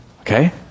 okay